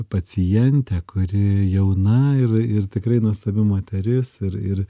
pacientę kuri jauna ir ir tikrai nuostabi moteris ir ir